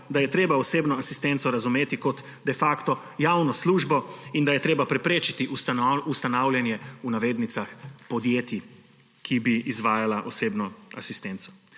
da je treba osebno asistenco razumeti kot de facto javno službo in da je treba preprečiti ustanavljanje »podjetij«, ki bi izvajala osebno asistenco.